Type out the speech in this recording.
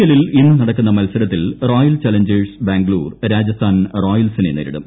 എല്ലിൽ ഇന്ന് നടക്കുന്ന മത്സരത്തിൽ റോയൽ ചലഞ്ചേഴ്സ് ബാംഗ്ലൂർ രാജസ്ഥാൻ റോയൽസിനെ നേരിടും